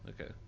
Okay